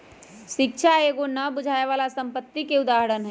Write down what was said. शिक्षा एगो न बुझाय बला संपत्ति के उदाहरण हई